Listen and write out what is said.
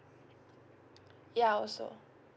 ya also